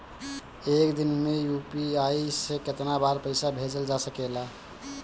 एक दिन में यू.पी.आई से केतना बार पइसा भेजल जा सकेला?